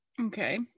okay